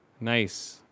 Nice